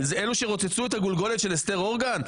על אלו שרוצצו את הגולגולת של אסתר הורגן?